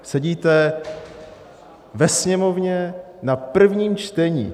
Sedíte ve Sněmovně na prvním čtení.